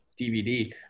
DVD